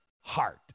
heart